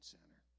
Center